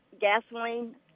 gasoline